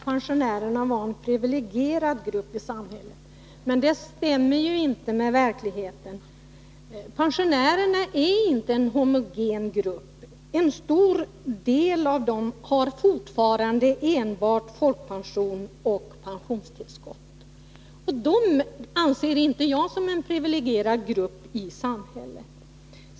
Herr talman! Karin Israelsson sade att pensionärerna var en privilegierad gruppi samhället. Det stämmer inte med verkligheten. Pensionärerna är inte en homogen grupp. En stor del av dem har fortfarande enbart folkpension och pensionstillskott, och dessa människor anser jag inte vara en privilegierad grupp i samhället.